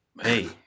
Hey